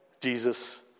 Jesus